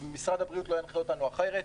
ומשרד הבריאות לא ינחה אותנו אחרת,